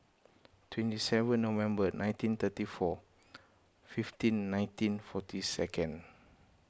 twenty seven November nineteen thirty four fifteen nineteen forty second